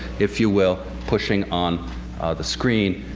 if you will, pushing on the screen